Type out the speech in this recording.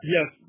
Yes